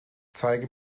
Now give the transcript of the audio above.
zeige